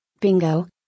bingo